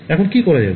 এখন কি করা যাবে